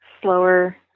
slower